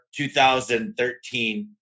2013